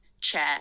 chair